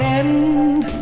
end